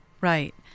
Right